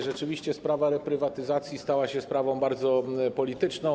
Rzeczywiście sprawa reprywatyzacji stała się sprawą bardzo polityczną.